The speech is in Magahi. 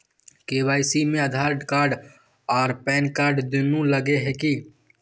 के.वाई.सी में आधार कार्ड आर पेनकार्ड दुनू लगे है की?